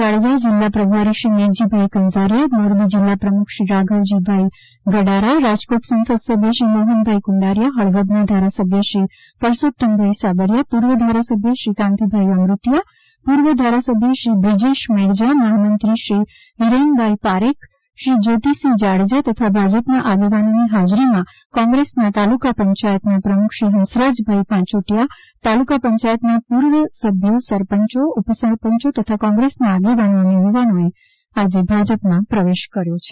જાડેજા જીલ્લા પ્રભારી શ્રી મેઘજીભાઇ કંઝારિયા મોરબી જીલ્લા પ્રમુખ શ્રી રાઘવજીભાઇ ગડારા રાજકોટના સંસદસભ્ય શ્રી મોહનભાઇ કુંડારિયા હળવદના ધારાસભ્ય શ્રી પરસોત્તમભાઇ સાબરિયા પૂર્વ ઘારાસભ્ય શ્રી કાંતિભાઇ અમૃતિયા પૂર્વ ઘારાસભ્ય શ્રી બ્રિજેશ મેરજા મહામંત્રી શ્રી હિરેનભાઇ પારેખ શ્રી જ્યોતિસિંહ જાડેજા તથા ભાજપના આગેવાનોની હાજરીમાં કોંગ્રસના તાલુકા પંચાયતના પ્રમુખ શ્રી હંસરાજભાઇ પાંચોટીયા તાલુકા પંચાયતના પૂર્વ સભ્યો સરપંચો ઉપસરપંચો તથા કોંગ્રેસના આગેવાનો અને યુવાનોએ આદે ભાજપમાં પ્રવેશ કર્યો છે